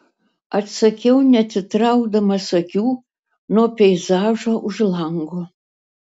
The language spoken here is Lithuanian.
atsakiau neatitraukdamas akių nuo peizažo už lango